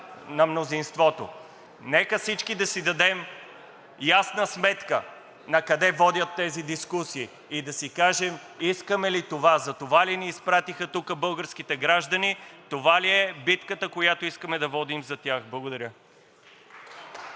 на мнозинството. Нека всички да си дадем ясна сметка накъде водят тези дискусии и да си кажем искаме ли това, за това ли ни изпратиха тук българските граждани, това ли е битката, която искаме да водим за тях?! Благодаря.